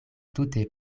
tute